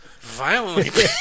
violently